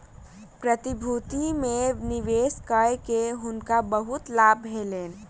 प्रतिभूति में निवेश कय के हुनका बहुत लाभ भेलैन